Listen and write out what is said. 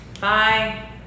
Bye